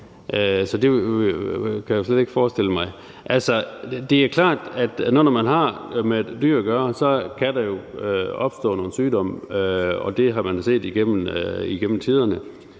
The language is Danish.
så det kan jeg slet ikke forestille mig. Altså, det er klart, at når man har med dyr at gøre, kan der jo opstå nogle sygdomme, og det har man set igennem tiderne,